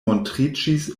montriĝis